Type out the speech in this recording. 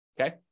okay